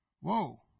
Whoa